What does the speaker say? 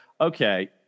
okay